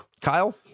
Kyle